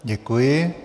Děkuji.